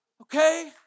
okay